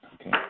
Okay